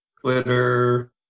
twitter